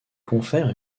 confère